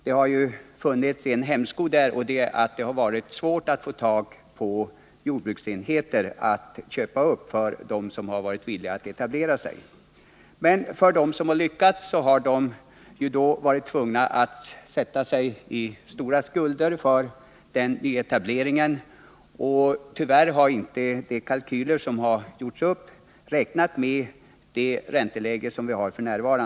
Det har ju funnits en hämsko, nämligen att det har varit svårt för dem som varit villiga att etablera sig att få tag på jordbruksenheter att köpa upp. Men de som har lyckats har varit tvungna att sätta sig i stora skulder för den nyetableringen. Tyvärr har man i de kalkyler som gjorts upp inte räknat med det ränteläge som vi har f. n.